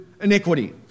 iniquity